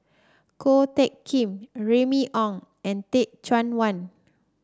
Ko Teck Kin Remy Ong and Teh Cheang Wan